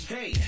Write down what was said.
Hey